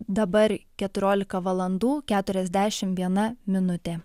dabar keturiolika valandų keturiasdešimt viena minutė